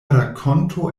rakonto